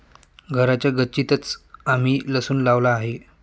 घराच्या गच्चीतंच आम्ही लसूण लावला आहे